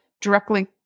directly